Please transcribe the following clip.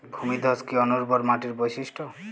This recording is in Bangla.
ভূমিধস কি অনুর্বর মাটির বৈশিষ্ট্য?